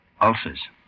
Ulcers